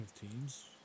teams